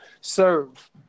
serve